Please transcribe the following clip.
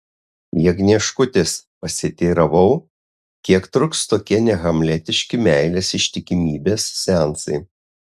jagnieškutės pasiteiravau kiek truks tokie nehamletiški meilės ištikimybės seansai